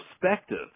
perspective